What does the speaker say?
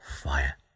fire